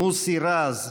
מוסי רז,